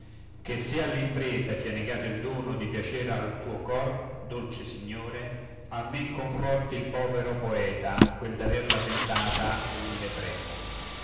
che se all'impresa fia negato il dono di piacer al tuo cor dolce signore almen conforti il povero poeta quel d'averla tentata umile premio